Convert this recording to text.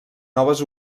noves